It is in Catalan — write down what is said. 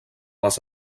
les